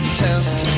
test